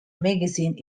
magazine